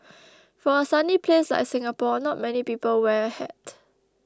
for a sunny place like Singapore not many people wear a hat